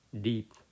deep